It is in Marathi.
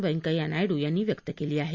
व्यंकय्या नायडू यांनी व्यक्त केली आहे